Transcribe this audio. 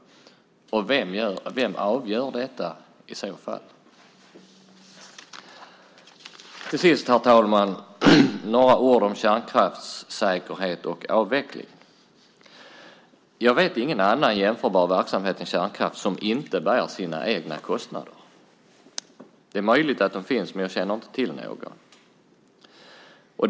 Vem avgör detta i så fall? Till sist, herr talman, ska jag säga några ord om kärnkraftssäkerhet och avveckling. Jag vet ingen annan jämförbar verksamhet än kärnkraft som inte bär sina egna kostnader. Det är möjligt att de finns, men jag känner inte till några.